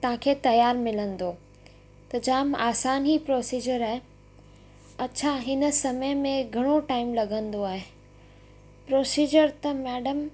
तव्हांखे तियारु मिलंदो त जामु आसानु ई प्रोसीजर आहे अछा हिन समय में घणो टाइम लॻंदो आहे प्रोसीजर त मैडम